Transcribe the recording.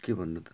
के भन्नु त